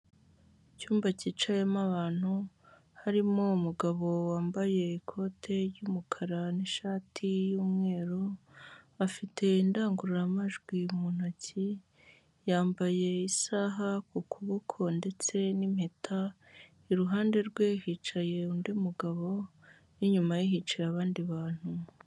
Icyumba cyicayemo abantu harimo umugabo wambaye ikote ry'umukara n'ishati y'umweru, afite indangururamajwi mu ntoki, yambaye isaha ku kuboko ndetse n'impeta, iruhande rwe hicaye undi mugabo n'inyuma ye hicaye abandi bantu.